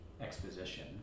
exposition